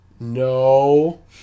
no